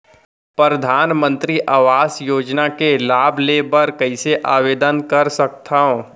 परधानमंतरी आवास योजना के लाभ ले बर कइसे आवेदन कर सकथव?